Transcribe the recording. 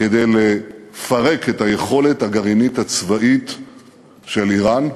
כדי לפרק את היכולת הגרעינית הצבאית של איראן.